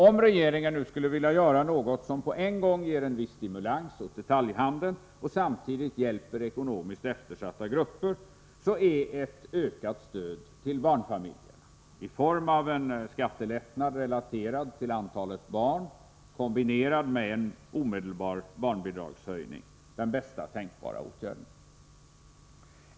Om regeringen nu skulle vilja göra något som på en gång ger en viss stimulans åt detaljhandeln och samtidigt hjälper ekonomiskt eftersatta grupper, är ett ökat stöd till barnfamiljerna i form av en skattelättnad relaterad till antal barn kombinerad med en omedelbar barnbidragshöjning den bästa tänkbara åtgärden.